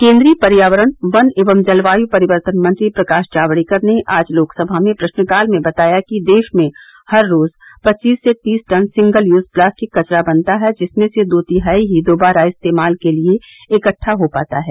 केन्द्रीय पर्यावरण वन एवं जलवायु परिवर्तन मंत्री प्रकाश जावड़ेकर ने आज लोकसभा में प्रश्नकाल में बताया कि देश में हर रोज पच्चीस से तीस टन सिंगल यूज प्लास्टिक कचरा बनता है जिसमें से दो तिहाई ही दोबारा इस्तेमाल के लिए इकट्टा हो पाता है